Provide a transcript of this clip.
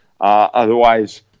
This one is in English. Otherwise